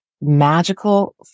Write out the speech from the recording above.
magical